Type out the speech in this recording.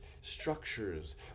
structures